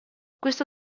questo